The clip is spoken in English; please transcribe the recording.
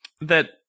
that-